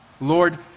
Lord